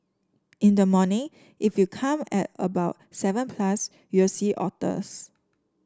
in the morning if you come at about seven plus you'll see otters